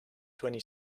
twenty